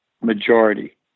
majority